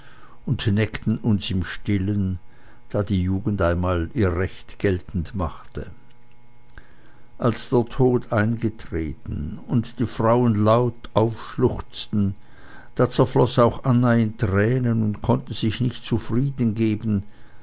und neckten uns im stillen da die jugend einmal ihr recht geltend machte als der tod eingetreten und die frauen laut schluchzten da zerfloß auch anna in tränen und konnte sich nicht zufriedengeben